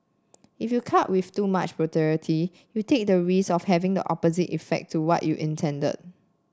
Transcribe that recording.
if you cut with too much brutality you take the risk of having the opposite effect to what you intended